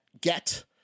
get